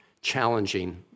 challenging